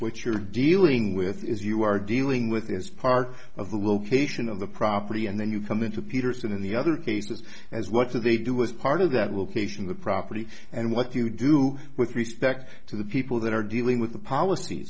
what you're dealing with is you are dealing with is part of the location of the property and then you come into peterson in the other cases as what do they do with part of that will casing the property and what you do with respect to the people that are dealing with the polic